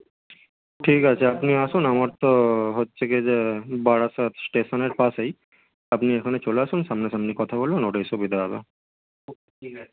ঠিক আছে আপনি আসুন আমার তো হচ্ছে কী যে বারাসাত স্টেশনের পাশেই আপনি ওখানে চলে আসুন সামনাসামনি কথা বলবেন ওটাই সুবিধ হবে